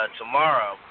tomorrow